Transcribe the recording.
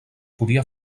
podia